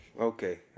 Okay